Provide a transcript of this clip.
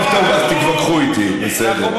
טוב, טוב, אז תתווכחו איתי, בסדר.